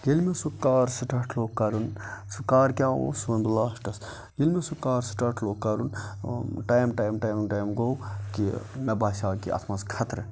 ییٚلہِ مےٚ سُہ کار سٕٹاٹ لوگ کَرُن سُہ کار کیٛاہ اوس سُہ وَنہٕ بہٕ لاسٹَس ییٚلہِ مےٚ سُہ کار سٕٹاٹ لوگ کَرُن ٹایم ٹایم ٹایم ٹایم گوٚو کہِ مےٚ باسیٛوو کہِ اَتھ منٛز خطرٕ